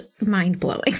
mind-blowing